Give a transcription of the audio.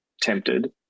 tempted